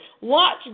Watch